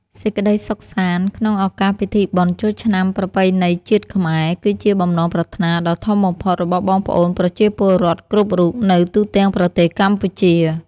សេចក្តីសុខសាន្តក្នុងឱកាសពិធីបុណ្យចូលឆ្នាំថ្មីប្រពៃណីជាតិខ្មែរ គឺជាបំណងប្រាថ្នាដ៏ធំបំផុតរបស់បងប្អូនប្រជាពលរដ្ឋគ្រប់រូបនៅទូទាំងប្រទេសកម្ពុជា។